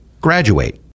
graduate